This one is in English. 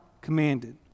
commanded